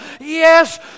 yes